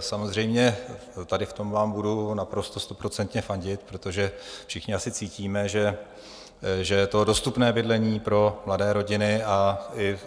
Samozřejmě tady v tom vám budu naprosto stoprocentně fandit, protože všichni asi cítíme, že je dostupné bydlení pro mladé rodiny a